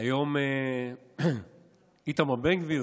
היום איתמר בן גביר